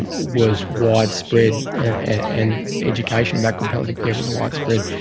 was widespread and education about good palliative care was widespread,